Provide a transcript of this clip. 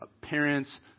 parents